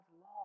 law